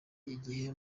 igihe